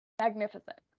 Magnificent